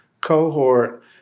cohort